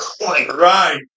Right